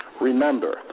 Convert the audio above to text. remember –